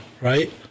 right